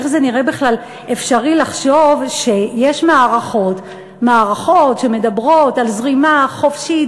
איך זה נראה בכלל אפשרי לחשוב שיש מערכות שמדברות על זרימה חופשית,